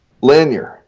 Lanyard